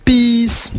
Peace